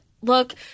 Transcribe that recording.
look